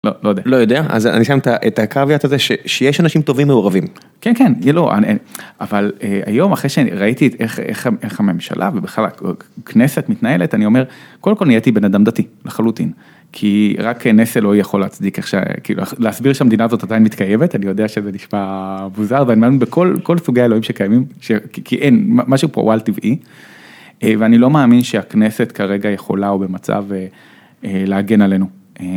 לא יודע, אז אני שם את הקוויית הזה שיש אנשים טובים מעורבים. כן כן, אבל היום אחרי שראיתי איך הממשלה ובכלל הכנסת מתנהלת, אני אומר, קודם כל נהייתי בן אדם דתי לחלוטין, כי רק נס אלוהי יכול להצדיק, כי, להסביר שהמדינה הזאת עדיין מתקיימת, אני יודע שזה נשמע מוזר, אבל בכל סוגי האלוהים שקיימים, כי אין משהו פה הוא אל טבעי, ואני לא מאמין שהכנסת כרגע יכולה או במצב להגן עלינו.